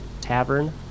Tavern